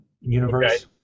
universe